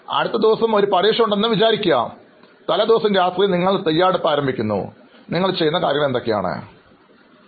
അടുത്തദിവസം ഒരു പരീക്ഷ ഉണ്ടെന്ന് സങ്കൽപ്പിക്കുക തലേദിവസം രാത്രി നിങ്ങൾ തയ്യാറെടുപ്പ് ആരംഭിക്കുന്നു നിങ്ങൾ ചെയ്യുന്ന എല്ലാതരം പ്രവർത്തനങ്ങളും പറയാമോ